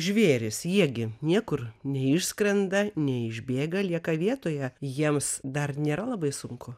žvėris jie gi niekur neišskrenda neišbėga lieka vietoje jiems dar nėra labai sunku